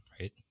right